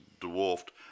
dwarfed